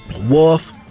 Wolf